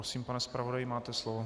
Prosím, pane zpravodaji, máte slovo.